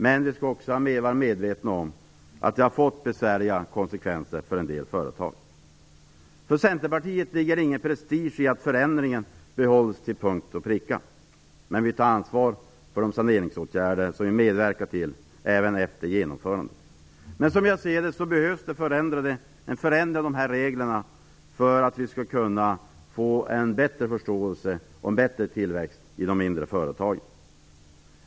Men vi skall också vara medvetna om att det har fått besvärliga konsekvenser för en del företag. För Centerpartiet ligger det ingen prestige i att förändringen behålls till punkt och pricka. Men vi tar ansvar för de saneringsåtgärder som vi medverkar till, även efter genomförandet. Som jag ser det behövs det en förändring av reglerna för att vi skall kunna få en bättre förståelse för och en bättre tillväxt i de mindre företagen.